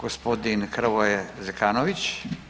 Gospodin Hrvoje Zekanović.